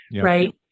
right